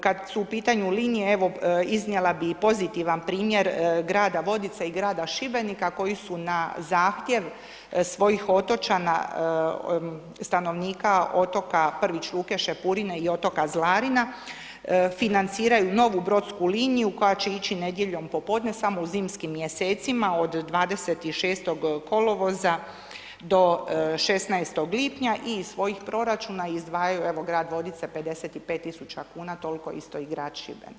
Kad su u pitanju linije evo iznijela bi i pozitivan primjer grada Vodica i grada Šibenika koji su na zahtjev svojih otočana, stanovnika otoka Prvić luke, Šepurine i otoka Zlarina financiraju novu brodsku liniju koja će ići nedjeljom popodne samo u zimskim mjesecima od 26. kolovoza do 16. lipnja i iz svojih proračuna izdvajaju evo grad Vodice 55.000 kuna tolko isto i grad Šibenik.